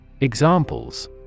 Examples